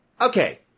okay